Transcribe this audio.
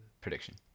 prediction